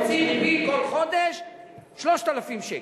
ומוציא ריבית כל חודש 3,000 שקל.